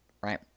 right